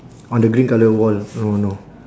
on the green colour wall no no